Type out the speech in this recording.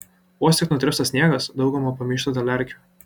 vos tik nutirpsta sniegas dauguma pamyšta dėl erkių